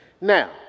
Now